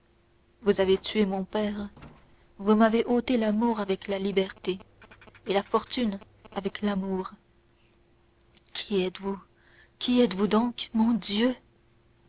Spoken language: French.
vous avez tué mon père vous m'avez ôté l'amour avec la liberté et la fortune avec l'amour qui êtes-vous qui êtes-vous donc mon dieu